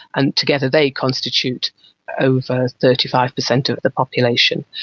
and together they constitute over thirty five percent of the population.